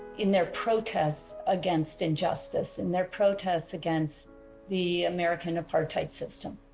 in their protests against injustice, in their protests against the american apartheid system.